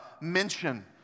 mention